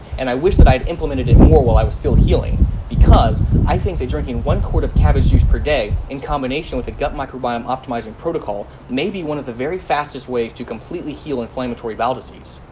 and i wish that i had implemented it more while i was still healing because i think that drinking one quart of cabbage juice per day in combination with a gut microbiome optimizing protocol may be one of the very fastest ways to completely heal inflammatory bowel disease.